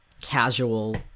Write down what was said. casual